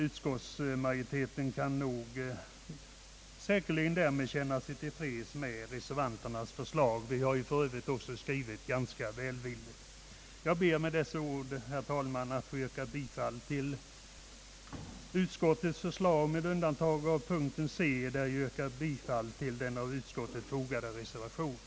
Utskottsmajoriteten kan därför säkerligen känna sig till freds med reservanternas förslag. Vi har ju för Öövrigt skrivit ganska välvilligt. Jag ber med dessa ord, herr talman, att få yrka bifall till utskottets förslag med undantag av punkten c, där jag yrkar bifall till den vid utskottsutlåtandet fogade reservationen.